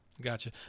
Gotcha